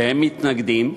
מתנגדים,